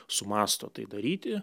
sumąsto tai daryti